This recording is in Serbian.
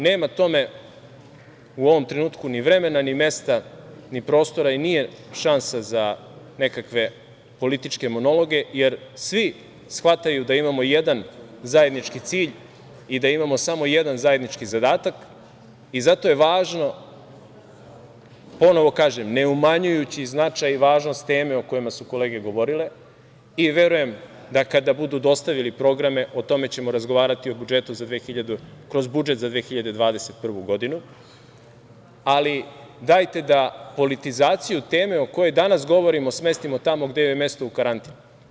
Nema tome u ovom trenutku ni vremena, ni mesta, ni prostora i nije šansa za nekakve političke monologe, jer svi shvataju da imamo jedan zajednički cilj i da imamo samo jedan zajednički zadatak i zato je važno, ponovo kažem, ne umanjujući značaj i važnost teme o kojima su kolege govorile i verujem da, kada budu dostavili programe, o tome ćemo razgovarati kroz budžet za 2021. godinu, ali dajte da politizaciju teme o kojoj danas govorimo smestimo tamo gde joj je mesto, u karantin.